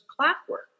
clockwork